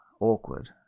awkward